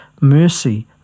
Mercy